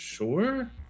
Sure